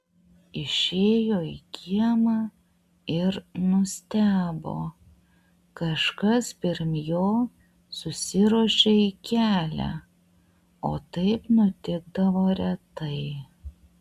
išėjo į kiemą ir nustebo kažkas pirm jo susiruošė į kelią o taip nutikdavo retai